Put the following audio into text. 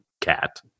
cat